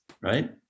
right